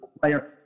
player